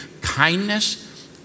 kindness